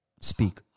Speak